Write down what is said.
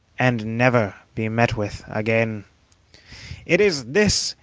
and never be met with again it is this,